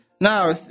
Now